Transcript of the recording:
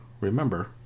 Remember